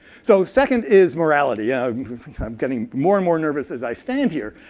so second is morality. um i'm getting more and more nervous as i stand here.